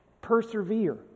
persevere